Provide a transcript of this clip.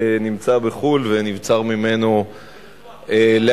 שנמצא בחו"ל ונבצר ממנו להשיב.